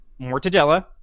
Mortadella